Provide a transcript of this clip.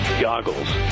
goggles